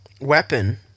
weapon